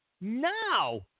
now